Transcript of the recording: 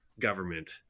government